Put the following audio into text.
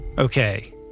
Okay